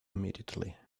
immediately